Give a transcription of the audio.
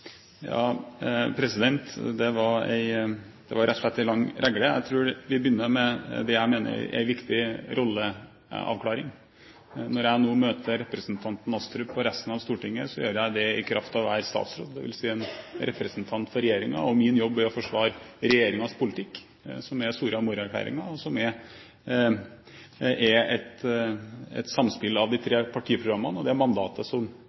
Det var rett og slett en lang regle. Jeg tror vi begynner med det jeg mener er en viktig rolleavklaring. Når jeg nå møter representanten Astrup og resten av Stortinget, gjør jeg det i kraft av å være statsråd, det vil si en representant for regjeringen. Min jobb er å forsvare regjeringens politikk, som er nedfelt i Soria Moria-erklæringen. Det er et samspill mellom de tre partiprogrammene og det mandatet som